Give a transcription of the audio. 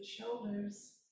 shoulders